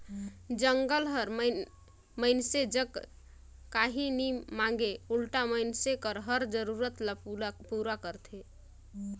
जंगल हर मइनसे जग काही नी मांगे उल्टा मइनसे कर हर जरूरत ल पूरा करथे